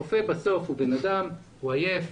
הרופא בסוף הוא בן אדם, הוא עייף,